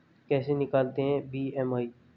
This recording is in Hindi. कैसे निकालते हैं बी.एम.आई?